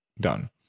Done